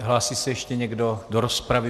Hlásí se ještě někdo do rozpravy?